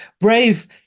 brave